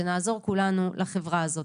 שנעזור כולנו לחברה הזאת,